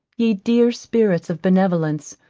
ye dear spirits of benevolence,